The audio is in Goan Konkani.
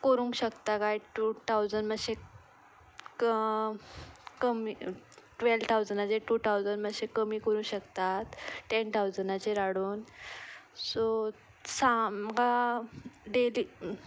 करूंक शकता काय टू ठावसण मातशें कमी टुवेल ठावजणाचे टू ठावजण मातशे कमी करूं शकता टेन ठावजणाचेर हाडून सो सामा डेली